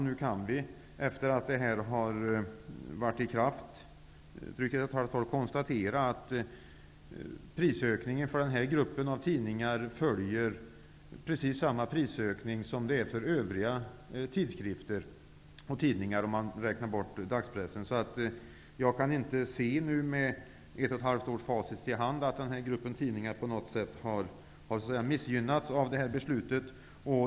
Nu kan vi, efter att det har varit i kraft i drygt ett och ett halvt år, konstatera att prisökningen för den gruppen av tidningar är densamma som för övriga tidskrifter och tidningar om man räknar bort dagspressen. Med ett och ett halvt års facit i handen kan jag inte se att den här gruppen tidningar på något sätt har missgynnats av det här beslutet.